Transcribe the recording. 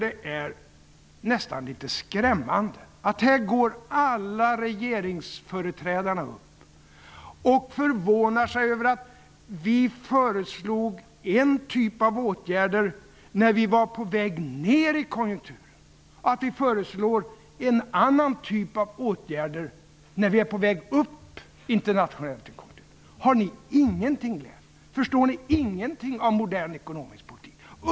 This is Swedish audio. Det är nästan litet skrämmande att alla regeringsföreträdare här förvånar sig över att vi föreslog en typ av åtgärder när vi var på väg ner i konjunkturen och att vi föreslår en annan typ av åtgärder när vi internationellt är på väg upp i konjunkturen. Har ni ingenting lärt er? Förstår ni ingenting av modern ekonomisk politik?